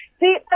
See